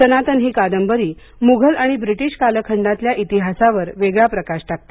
सनातन ही कादंबरी मुघल आणि ब्रिटीश कालखंडातल्या इतिहासावर वेगळा प्रकाश टाकते